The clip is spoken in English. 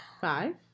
five